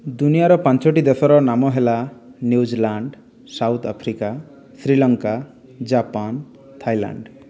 ଦୁନିଆର ପାଞ୍ଚଟି ଦେଶର ନାମ ହେଲା New Zealand South Africa Sri Lanka Japan Thailand